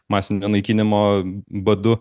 masinio naikinimo badu